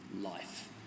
life